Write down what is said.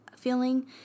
feeling